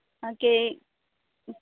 okay